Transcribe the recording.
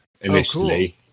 initially